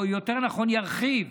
או יותר נכון, ירחיב